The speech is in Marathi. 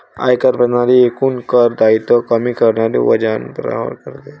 आयकर प्रणाली एकूण कर दायित्व कमी करणारी वजावट प्रदान करते